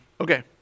Okay